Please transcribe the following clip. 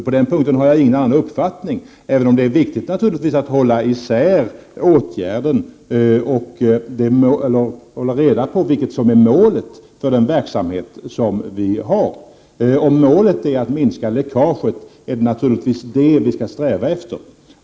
På den punkten har jag ingen annan uppfattning, även om det naturligtvis är viktigt att hålla reda på vilket som är målet för vår verksamhet. Om målet är att minska läckaget är det naturligtvis det vi skall sträva efter.